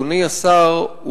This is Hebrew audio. אדוני השר,